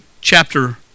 chapter